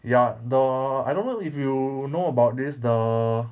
ya the I don't know if you know about this the